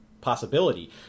possibility